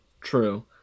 True